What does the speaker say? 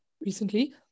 recently